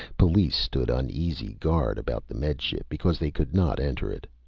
police stood uneasy guard about the med ship because they could not enter it.